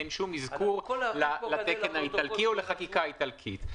אין שום אזכור לתקן האיטלקי או לחקיקה האיטלקית.